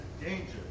danger